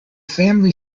family